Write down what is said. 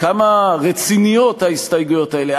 וכמה רציניות ההסתייגויות האלה,